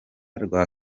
rwa